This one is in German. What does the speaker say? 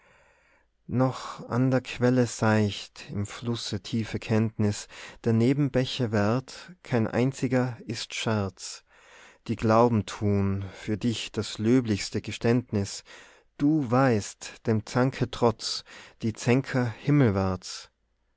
noch an der quelle seicht im flusse tiefe kenntnis der nebenbäche wert kein einziger ist scherz die glauben tun für dich das löblichste geständnis du weist dem zanke trotz die zänker